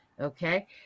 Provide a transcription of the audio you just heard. Okay